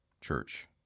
church